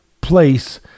place